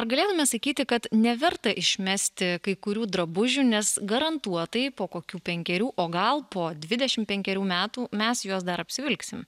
ar galėtume sakyti kad neverta išmesti kai kurių drabužių nes garantuotai po kokių penkerių o gal podvidešimt penkerių metų mes juos dar apsivilksim